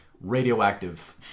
radioactive